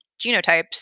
genotypes